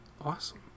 Awesome